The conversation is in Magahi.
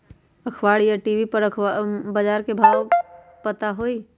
अखबार या टी.वी पर बजार के भाव पता होई?